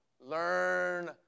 learn